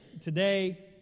today